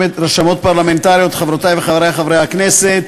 רשמות פרלמנטריות, חברותי וחברי חברי כנסת,